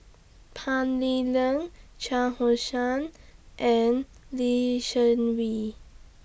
Tan Lee Leng Shah Hussain and Lee Seng Wee